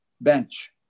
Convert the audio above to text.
bench